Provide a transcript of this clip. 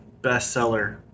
bestseller